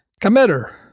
Committer